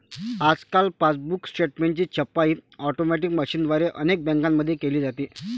आजकाल पासबुक स्टेटमेंटची छपाई ऑटोमॅटिक मशीनद्वारे अनेक बँकांमध्ये केली जाते